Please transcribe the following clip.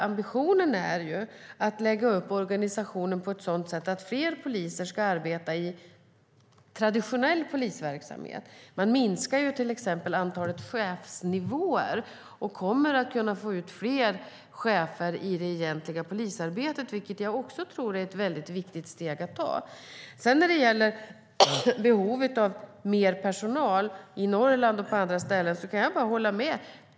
Ambitionen är ju att lägga upp organisationen på ett sådant sätt att fler poliser ska arbeta i traditionell polisverksamhet. Man minskar exempelvis antalet chefsnivåer och kommer att få ut fler chefer i det egentliga polisarbetet, vilket jag tror är ett mycket viktigt steg att ta. När det gäller behovet av mer personal i Norrland och på andra ställen kan jag hålla med.